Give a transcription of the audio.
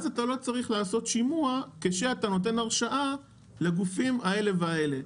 אז אתה לא צריך לעשות שימוע כשאתה נותן הרשאה לגופים האלה והאלה: